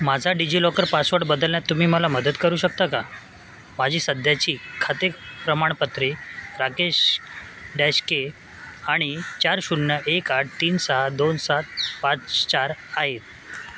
माझा DigiLocker password बदलण्यात तुम्ही मला मदत करू शकता का माझी सध्याची खाते प्रमाणपत्रे राकेश डॅश के आणि चार शून्य एक आठ तीन सहा दोन सात पाच चार आहेत